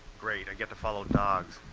great, i get to follow dogs.